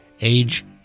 Age